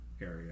area